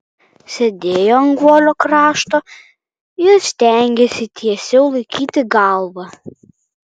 sėdėjo ant guolio krašto ir stengėsi tiesiau laikyti galvą